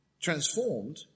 transformed